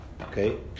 okay